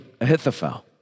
Ahithophel